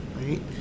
right